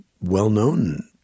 well-known